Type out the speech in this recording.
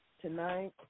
Tonight